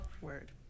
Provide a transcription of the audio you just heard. Word